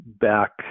back